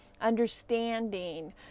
understanding